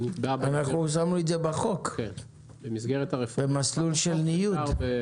שמנו את זה בחוק במסלול של ניוד.